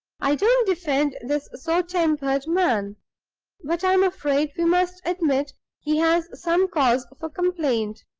i don't defend this sour-tempered man but i am afraid we must admit he has some cause for complaint.